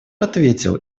ответил